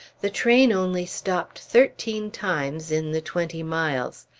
the train only stopped thirteen times in the twenty miles.